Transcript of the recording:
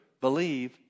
believe